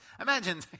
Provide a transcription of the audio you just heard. imagine